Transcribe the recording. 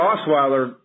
Osweiler